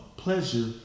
pleasure